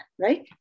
right